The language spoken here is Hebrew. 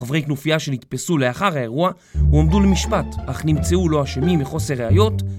חברי כנופייה שנתפסו לאחר האירוע הועמדו למשפט, אך נמצאו לא אשמים מחוסר ראיות